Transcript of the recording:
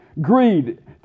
greed